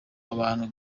abantu